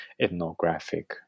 ethnographic